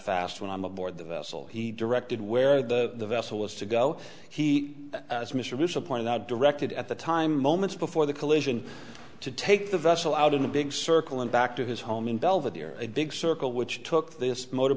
fast when i'm aboard the vessel he directed where the vessel is to go he as mr mitchell pointed out directed at the time moments before the collision to take the vessel out in a big circle and back to his home in belvedere a big circle which took this motor